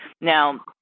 Now